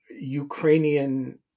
Ukrainian